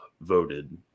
voted